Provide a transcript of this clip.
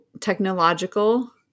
technological